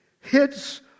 hits